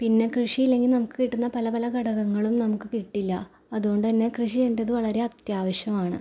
പിന്നെ കൃഷിയില്ലെങ്കിൽ നമുക്ക് കിട്ടുന്ന പല പല ഘടകങ്ങളും നമുക്ക് കിട്ടില്ല അതുകൊണ്ട് തന്നെ കൃഷി ചെയ്യേണ്ടത് വളരെ അത്യാവശ്യമാണ്